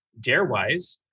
DareWise